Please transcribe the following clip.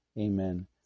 Amen